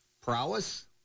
prowess